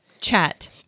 chat